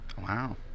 Wow